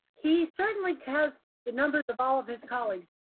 he certainly has the numbers of all of his colleagues.